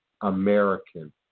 American